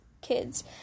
kids